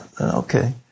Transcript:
okay